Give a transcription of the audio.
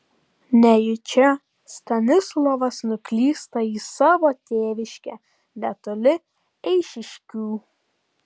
nejučia stanislovas nuklysta į savo tėviškę netoli eišiškių